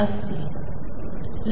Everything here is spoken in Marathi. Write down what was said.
असते